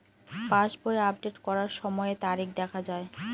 পাসবই update করার সময়ে তারিখ দেখা য়ায়?